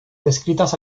descritas